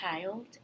child